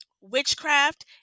witchcraft